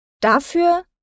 Dafür